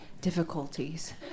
difficulties